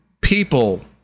people